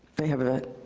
they have a, ah,